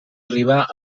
arribar